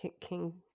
king